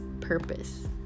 purpose